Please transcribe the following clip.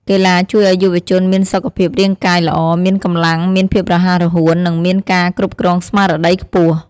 កីឡាជួយឲ្យយុវជនមានសុខភាពរាង្គកាយល្អ មានកម្លាំង មានភាពរហ័សរហួន និងមានការគ្រប់គ្រងស្មារតីខ្ពស់។